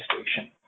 station